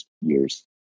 years